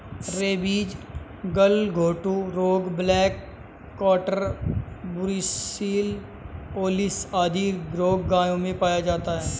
rabies, गलघोंटू रोग, black quarter, brucellosis आदि रोग गायों में पाया जाता है